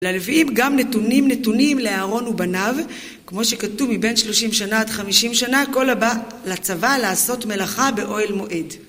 ללווים גם נתונים נתונים לאהרון ובניו, כמו שכתוב, מבין שלושים שנה עד חמישים שנה, כל הבא לצבא לעשות מלאכה באוהל מועד.